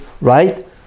right